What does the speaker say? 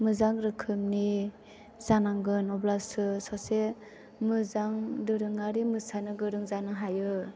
मोजां रोखोमनि जानांगोन अब्लासो सासे मोजां दोरोङारि मोसानो गोरों जानो हायो